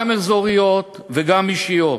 גם אזוריות וגם אישיות.